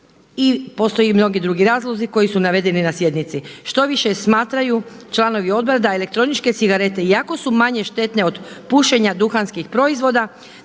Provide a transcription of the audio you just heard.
I postoje mnogi drugi razlozi koji su navedeni na sjednici. Štoviše smatraju članovi odbora da elektroničke cigarete iako su manje štetne od pušenja duhanskih proizvoda